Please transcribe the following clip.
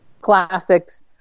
classics